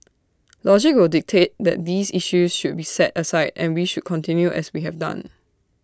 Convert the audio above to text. logic will dictate that these issues should be set aside and we should continue as we have done